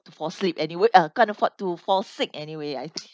to fall sleep anyway uh can't afford to fall sick anyway I